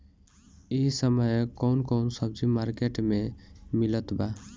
इह समय कउन कउन सब्जी मर्केट में मिलत बा?